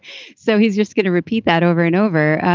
so he's just going to repeat that over and over.